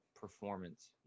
performance